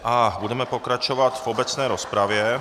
A budeme pokračovat v obecné rozpravě.